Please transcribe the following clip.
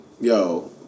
Yo